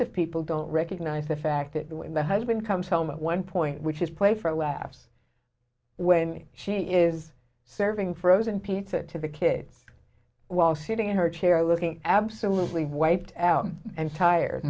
if people don't recognize the fact that when the husband comes home at one point which is played for laughs when she is serving frozen pizza to the kids while sitting in her chair looking absolutely wiped out and tired